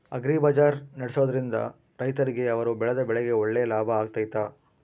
Agri bazaar ನಡೆಸ್ದೊರಿಂದ ರೈತರಿಗೆ ಅವರು ಬೆಳೆದ ಬೆಳೆಗೆ ಒಳ್ಳೆ ಲಾಭ ಆಗ್ತೈತಾ?